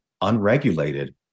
unregulated